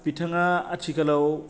बिथाङा आथिखालाव